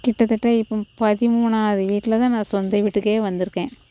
கிட்டத்தட்ட இப்போ பதிமூணாவது வீட்டில் தான் நான் சொந்த வீட்டுக்கே வந்திருக்கேன்